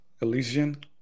Elysian